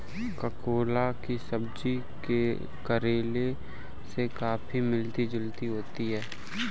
ककोला की सब्जी करेले से काफी मिलती जुलती होती है